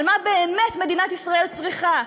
על מה באמת מדינת ישראל צריכה,